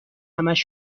همش